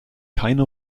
keine